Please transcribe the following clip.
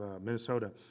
Minnesota